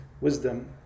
wisdom